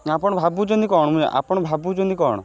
ନା ଆପଣ ଭାବୁଛନ୍ତି କ'ଣ ଆପଣ ଭାବୁଛନ୍ତି କ'ଣ